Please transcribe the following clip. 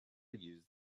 used